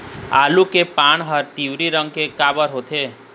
आलू के पान हर पिवरी रंग के काबर होथे?